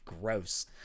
gross